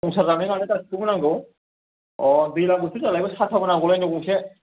संसार जानाय नालाय गासिखौबो नांगौ अ दैज्लां बोथोर जानायखाय साथाबो नांगौलायनो गंसे